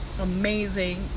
amazing